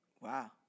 Wow